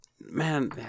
Man